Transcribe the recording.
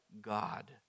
God